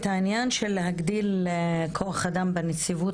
את העניין של להגדיל את כוח אדם בנציבות,